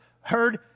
heard